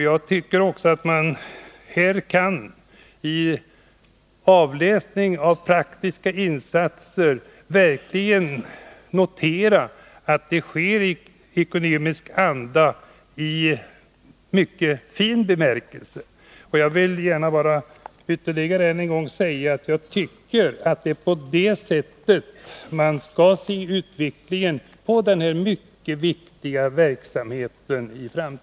Jag tycker också att man vid avläsningen av praktiska insatser kan notera att arbetet verkligen sker i ekumenisk anda — i mycket fin bemärkelse. Och jag vill gärna ytterligare en gång säga att jag tycker att det är på det sättet man skall se på utvecklingen för framtiden av denna mycket viktiga verksamhet.